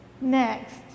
next